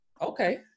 Okay